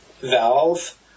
Valve